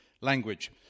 Language